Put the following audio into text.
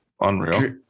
Unreal